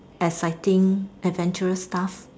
exciting adventurous stuff